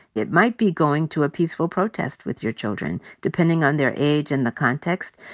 it might be going to a peaceful protest with your children. depending on their age and the context,